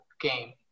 game